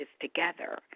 together